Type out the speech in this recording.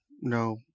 no